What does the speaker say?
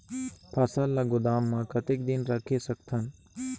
फसल ला गोदाम मां कतेक दिन रखे सकथन?